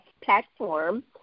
platform